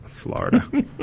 Florida